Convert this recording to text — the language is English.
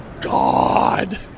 God